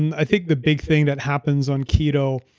and i think the big thing that happens on keto,